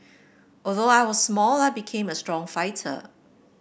although I was small I became a strong fighter